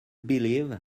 believe